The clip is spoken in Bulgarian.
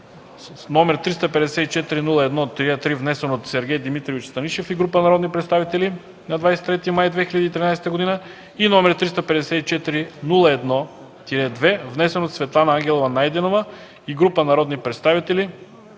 г., № 354-01-3, внесен от Сергей Дмитриевич Станишев и група народни представители на 23 май 2013 г., и № 354-01-2, внесен от Светлана Ангелова Найденова и група народни представители